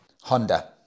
Honda